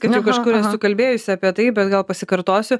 kad jau kažkur esu kalbėjusi apie tai bet gal pasikartosiu